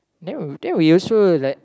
then we then we also like